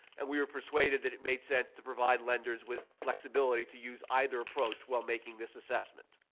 and we were persuaded that it made sense to provide lenders with flexibility to use either approach while making this assessment.